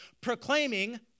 proclaiming